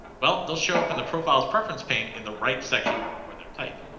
well, they'll show up in the profiles preference pane in the right section for their type.